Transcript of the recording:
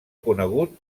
conegut